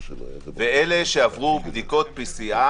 ועל אלה שעברו בדיקות PCR